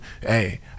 Hey